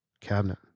cabinet